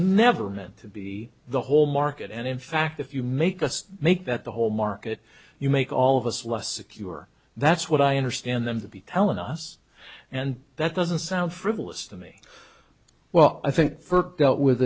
never meant to be the whole market and in fact if you make us make that the whole market you make all of us less secure that's what i understand them to be telling us and that doesn't sound frivolous to me well i think first dealt with